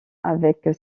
avec